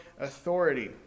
authority